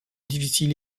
difficiles